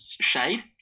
shade